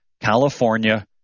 California